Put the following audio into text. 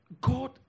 God